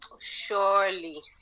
Surely